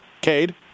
Cade